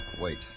wait